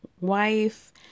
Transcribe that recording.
wife